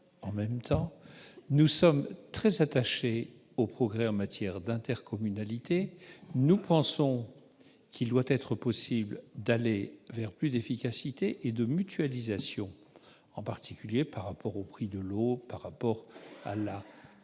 En même temps, donc, nous sommes très attachés aux progrès en matière d'intercommunalité. Nous pensons qu'il doit être possible d'aller vers plus d'efficacité et de mutualisation, en particulier au regard du prix de l'eau et de la